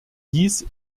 dies